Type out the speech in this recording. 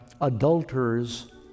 adulterers